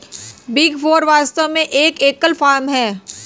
big Four वास्तव में एक एकल फर्म है